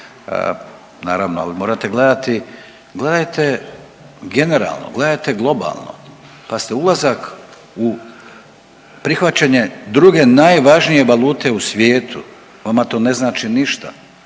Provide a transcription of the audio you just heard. Naravno, ali morate gledati, gledajte generalno, gledajte globalno. Pazite ulazak, prihvaćanje druge najvažnije valute u svijetu vama to ne znači ništa.